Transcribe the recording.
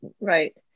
right